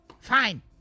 Fine